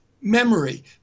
memory